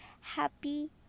happy